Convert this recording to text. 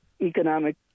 economic